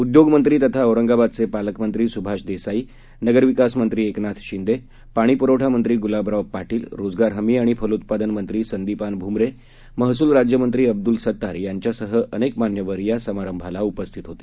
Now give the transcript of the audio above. उद्योगमंत्री तथा औरंगाबादचे पालकमंत्री सुभाष देसाई नगरविकास मंत्री एकनाथ शिंदे पाणीपुरवठा मंत्री गुलाबराव पाटील रोजगार हमी आणि फलोत्पादन मंत्री संदिपान भूमरे महसूल राज्यमंत्री अब्दुल सत्तार यांच्यासह अनेक मान्यवर या समारंभाला उपस्थित होते